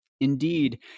Indeed